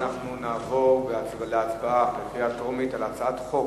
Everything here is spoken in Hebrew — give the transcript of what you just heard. אנחנו נעבור להצבעה בקריאה טרומית על הצעת חוק